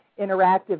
interactive